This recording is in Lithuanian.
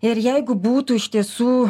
ir jeigu būtų iš tiesų